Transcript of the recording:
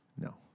No